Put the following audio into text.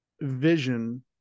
vision